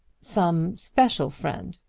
some special friend.